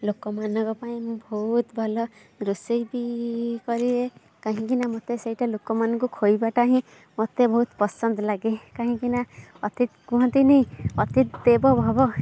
ଲୋକ ମାନଙ୍କ ପାଇଁ ମୁଁ ବହୁତ ଭଲ ରୋଷେଇ ବି କରେ କାହିଁକି ନା ମୋତେ ସେଇଟା ଲୋକ ମାନଙ୍କୁ ଖୋଇବା ଟା ହିଁ ମୋତେ ବହୁତ ପସନ୍ଦ ଲଗେ କାହିଁକି ନା ଅତିଥି କୁହନ୍ତି ନି ଅତିଥି ଦେବୋ ଭବ